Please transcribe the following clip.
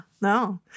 no